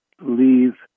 leave